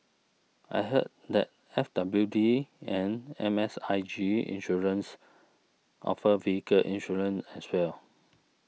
I heard that F W D and M S I G Insurance offer vehicle insurance as well